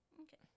Okay